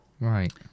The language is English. Right